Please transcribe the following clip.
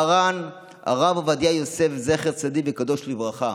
מרן הרב עובדיה יוסף, זכר צדיק וקדוש לברכה,